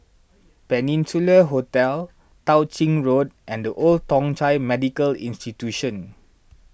Peninsula Hotel Tao Ching Road and the Old Thong Chai Medical Institution